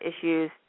issues